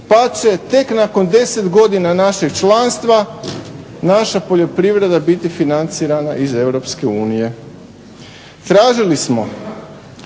pa će tek nakon 10 godina našeg članstva naša poljoprivreda biti financirana iz EU. Tražili smo